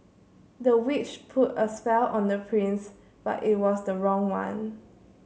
the witch put a spell on the prince but it was the wrong one